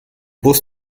bus